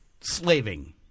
slaving